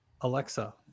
Alexa